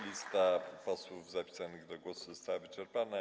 Lista posłów zapisanych do głosu została wyczerpana.